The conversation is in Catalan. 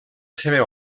seva